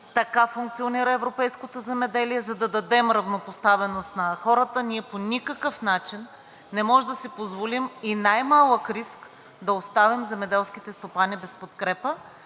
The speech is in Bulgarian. така функционира европейското земеделие, за да дадем равнопоставеност на хората. Ние по никакъв начин не можем да си позволим и най-малък риск да оставим земеделските стопани без подкрепа.